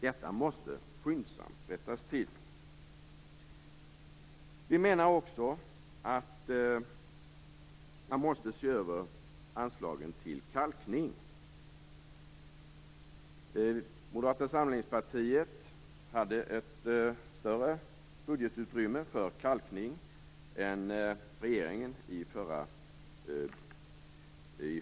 Detta måste skyndsamt rättas till. Vi menar också att man måste se över anslagen till kalkning. Moderata samlingspartiet föreslog ett större budgetutrymme för kalkning än regeringen i höstas.